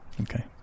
Okay